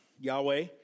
Yahweh